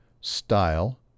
style